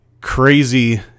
crazy